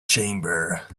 chamber